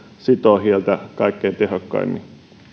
sitoo hiiltä kaikkein tehokkaimmin